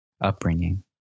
upbringing